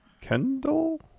Kendall